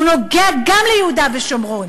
הוא נוגע גם ליהודה ושומרון.